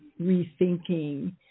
rethinking